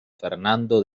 fernando